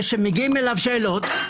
כשמגיעות אליו שאלות,